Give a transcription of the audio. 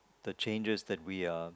the changes that we are